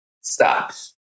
stops